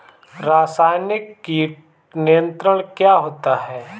रसायनिक कीट नियंत्रण क्या होता है?